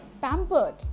pampered